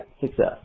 success